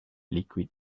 liquid